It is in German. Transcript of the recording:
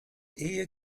ehe